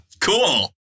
cool